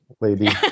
lady